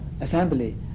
assembly